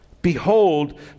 Behold